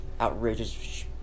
outrageous